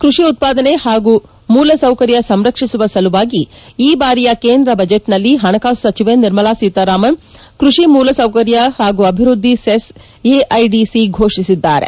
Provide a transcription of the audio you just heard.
ಕೃಷಿ ಉತ್ಪಾದನೆ ಹಾಗೂ ಮೂಲಸೌಕರ್ಯ ಸಂರಕ್ಷಿಸುವ ಸಲುವಾಗಿ ಈ ಬಾರಿಯ ಕೇಂದ್ರ ಬಜೆಟ್ನಲ್ಲಿ ಹಣಕಾಸು ಸಚವೆ ನಿರ್ಮಲಾ ಸೀತಾರಾಮನ್ ಕೃಷಿ ಮೂಲಸೌಕರ್ಯ ಹಾಗೂ ಅಭಿವೃದ್ದಿ ಸೆಸ್ ಎಐಡಿಸಿ ಫೋಷಿಸಿದ್ದಾರೆ